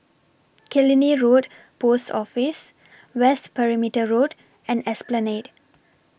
Killiney Road Post Office West Perimeter Road and Esplanade